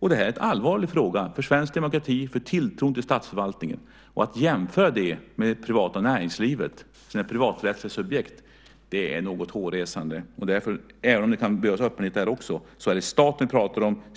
Detta är en allvarlig fråga för svensk demokrati och för tilltron till statsförvaltningen. Att jämföra det med det privata näringslivet, som är ett privaträttsligt subjekt, är något hårresande. Och även om det kan behövas öppenhet där också är det staten som vi talar om.